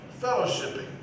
fellowshipping